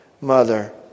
mother